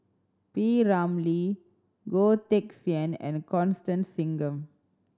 P Ramlee Goh Teck Sian and Constance Singam